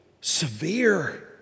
severe